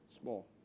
Small